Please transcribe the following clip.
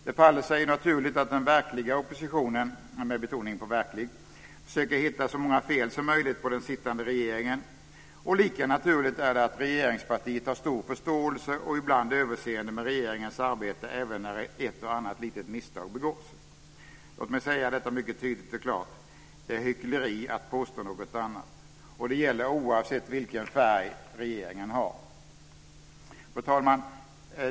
Det faller sig naturligt att den verkliga oppositionen - med betoning på verkliga - försöker hitta så många fel som möjligt på den sittande regeringen. Och lika naturligt är det att regeringspartiet har stor förståelse och ibland överseende med regeringens arbete även när ett och annat litet misstag begås. Låt mig säga detta mycket tydligt och klart: Det är hyckleri att påstå något annat, och det gäller oavsett vilken färg regeringen har. Fru talman!